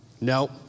No